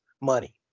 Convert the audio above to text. money